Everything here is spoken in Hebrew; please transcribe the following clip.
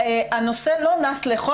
הנושא לא נס לחו,